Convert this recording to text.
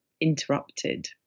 interrupted